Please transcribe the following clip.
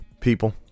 people